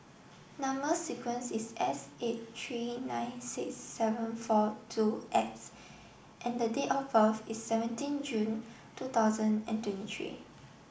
number sequence is S eight three nine six seven four two X and the date of birth is seventeen June two thousand and twenty three